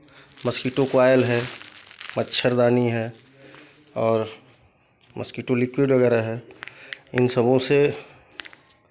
mosquito coil है मच्छरदानी है और मॉस्कीटो लिक्विड वगैरह है इन सबों से